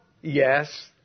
Yes